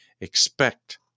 expect